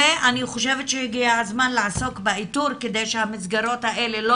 אני חושבת שהגיע הזמן לעסוק באיתור כדי שהמסגרות האלה לא